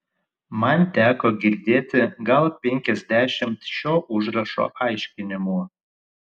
man teko girdėti gal penkiasdešimt šio užrašo aiškinimų